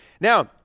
Now